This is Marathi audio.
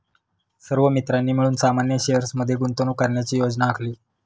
सर्व मित्रांनी मिळून सामान्य शेअर्स मध्ये गुंतवणूक करण्याची योजना आखली